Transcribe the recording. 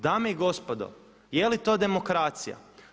Dame i gospodo je li to demokracija.